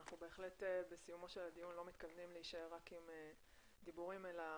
אנחנו בהחלט בסיומו של הדיון לא מתכוונים להישאר רק עם דיבורים אלא